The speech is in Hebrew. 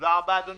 תודה רבה, אדוני.